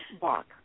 walk